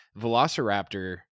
Velociraptor